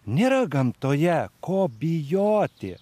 nėra gamtoje ko bijoti